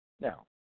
Now